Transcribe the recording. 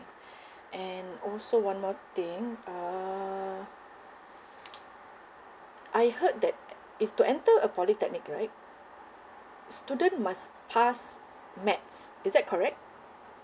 and also one more thing uh I heard that it to enter a polytechnic right student must pass math is that correct